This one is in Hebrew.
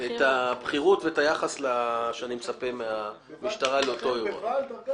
את הבכירות ואת היחס שאני מצפה מהמשטרה לאותו אירוע.